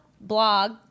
blog